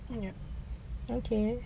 yup okay